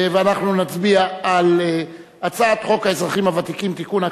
ואנחנו נצביע על הצעת חוק האזרחים הוותיקים (תיקון,